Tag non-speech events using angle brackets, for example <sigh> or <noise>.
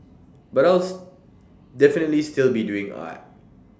but <unintelligible> definitely still be doing art